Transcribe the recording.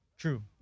True